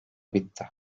bitti